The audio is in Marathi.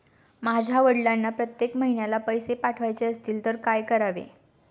माझ्या वडिलांना प्रत्येक महिन्याला पैसे पाठवायचे असतील तर काय करावे?